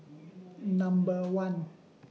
Number one